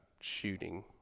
shooting